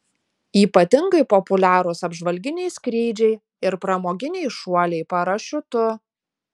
ypatingai populiarūs apžvalginiai skrydžiai ir pramoginiai šuoliai parašiutu